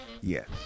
Yes